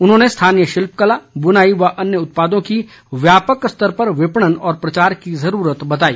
उन्होंने स्थानीय शिल्पकला बुनाई व अन्य उत्पादों की व्यापक स्तर पर विपणन और प्रचार की जरूरत बताई